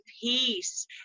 peace